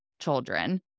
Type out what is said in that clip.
children